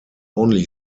only